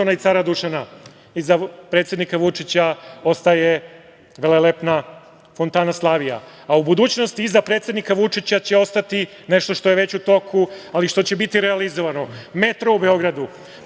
i Cara Dušana. Iza predsednika Vučića ostaje velelepna fontana Slavija.U budućnosti iza predsednika Vučića će ostati nešto što je već u toku, ali što će biti realizovano: metro u Beogradu,